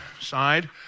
side